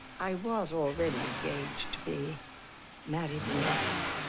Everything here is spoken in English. i was already engaged to be married in england.